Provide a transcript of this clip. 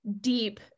deep